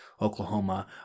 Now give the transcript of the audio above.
Oklahoma